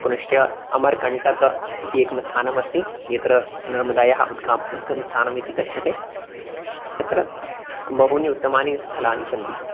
पुनश्च अमर्कण्टकम् इति एकं स्थानमस्ति यत्र नर्मदायाः उद्गां उद्गमः स्थानम् इति कथ्यते तत्र बहूनि उत्तमानि स्थलानि सन्ति